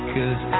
Cause